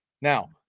Now